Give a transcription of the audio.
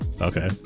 Okay